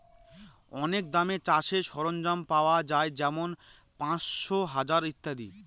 অনেক দামে চাষের সরঞ্জাম পাওয়া যাই যেমন পাঁচশো, হাজার ইত্যাদি